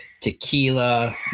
tequila